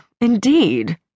indeed